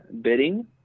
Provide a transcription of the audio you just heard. bidding